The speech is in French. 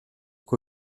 quoi